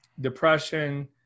depression